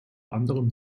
anderem